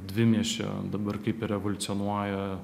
dvimiesčio dabar kaip ir evoliucionuoja